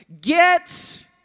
Get